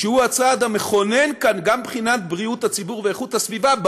שהוא הצד המכונן גם מבחינת בריאות הציבור ואיכות הסביבה,